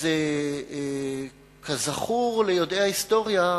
אז כזכור ליודעי ההיסטוריה,